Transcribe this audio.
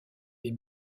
des